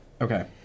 okay